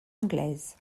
anglaise